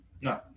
No